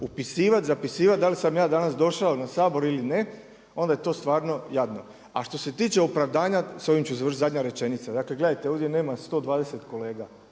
upisivati, zapisivati da li sam ja danas došao na Sabor ili ne, onda je to stvarno jadno. A što se tiče opravdanja, s ovim ću završiti, zadnja rečenica, dakle gledajte, ovdje nema 120 kolega,